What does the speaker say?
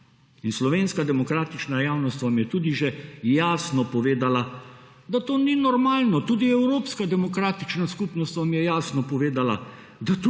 slovenska demokratična javnost vam je tudi že jasno povedala, da to ni normalno. Tudi evropska demokratična skupnost vam je jasno povedala, da to ni normalno.